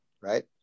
Right